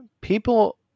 People